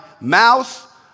mouth